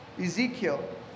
Ezekiel